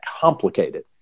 complicated